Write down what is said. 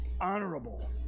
honorable